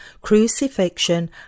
crucifixion